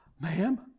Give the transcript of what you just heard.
ma'am